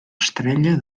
estrella